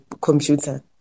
computer